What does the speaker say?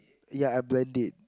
ya I blend it